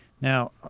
Now